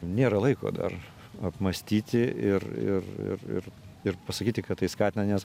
nėra laiko dar apmąstyti ir ir ir ir ir pasakyti kad tai skatina nes